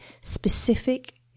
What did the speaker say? specific